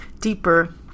deeper